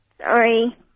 sorry